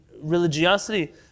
religiosity